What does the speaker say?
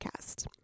podcast